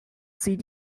sie